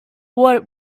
what